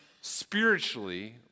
spiritually